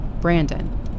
Brandon